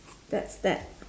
that's that